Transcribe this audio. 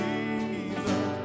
Jesus